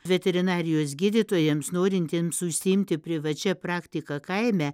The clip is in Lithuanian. veterinarijos gydytojams norintiems užsiimti privačia praktika kaime